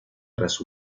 tras